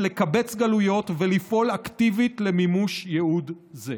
לקבץ גלויות ולפעול אקטיבית למימוש ייעוד זה.